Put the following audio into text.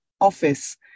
office